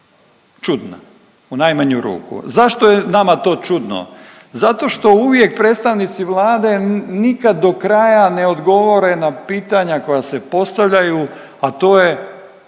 čudna u najmanju ruku. Zašto je nama to čudno? Zato što uvijek predstavnici Vlade nikad do kraja ne odgovore na pitanja koja se postavljaju, a to je